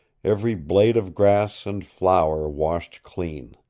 every blade of grass and flower washed clean.